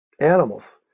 animals